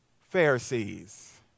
Pharisees